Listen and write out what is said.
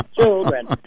children